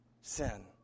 sin